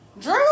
Drew